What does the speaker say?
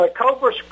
Cobra